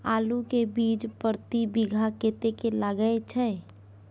आलू के बीज प्रति बीघा कतेक लागय छै?